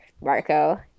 marco